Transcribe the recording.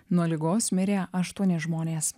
nuo ligos mirė aštuoni žmonės